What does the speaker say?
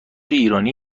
ایرانی